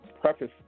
preface